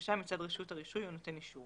לבקשה מצד רשות הרישוי או נותן האישור.